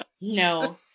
No